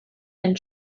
and